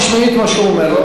תשמעי את מה שהוא אומר.